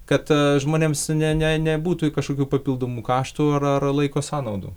kad žmonėms ne ne nebūtų kažkokių papildomų kaštų ar ar laiko sąnaudų